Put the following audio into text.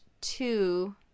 two